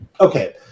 Okay